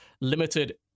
limited